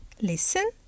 Listen